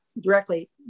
directly